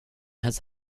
has